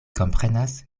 komprenas